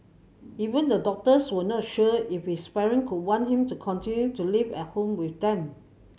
even the doctors were not sure if his parent would want him to continue to live at home with them